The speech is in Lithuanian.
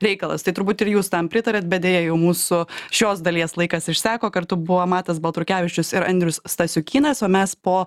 reikalas tai turbūt ir jūs tam pritariat bet deja jau mūsų šios dalies laikas išseko kartu buvo matas baltrukevičius ir andrius stasiukynas o mes po